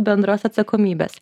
bendros atsakomybės